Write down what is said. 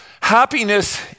Happiness